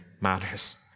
matters